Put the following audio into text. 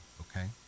okay